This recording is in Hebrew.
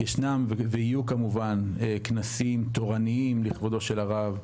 ישנם ויהיו עוד כנסים תורניים לכבודו של הרב.